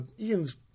Ian's